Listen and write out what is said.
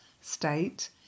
state